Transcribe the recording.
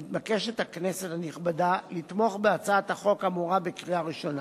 מתבקשת הכנסת הנכבדה לתמוך בהצעת החוק האמורה בקריאה הראשונה.